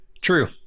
True